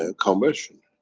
and conversion?